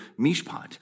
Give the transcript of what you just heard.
mishpat